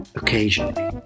occasionally